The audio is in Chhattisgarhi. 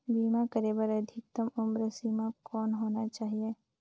बीमा करे बर अधिकतम उम्र सीमा कौन होना चाही?